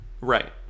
Right